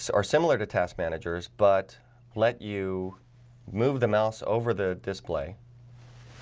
so are similar to task managers, but let you move the mouse over the display